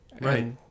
Right